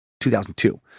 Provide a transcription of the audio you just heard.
2002